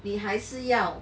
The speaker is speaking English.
你还是要